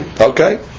Okay